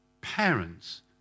Parents